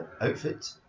outfit